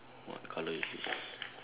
what colour is this